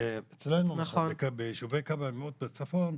ביישובי קו הגבול בצפון.